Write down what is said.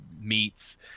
meats